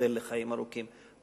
ייבדל לחיים ארוכים.